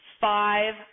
five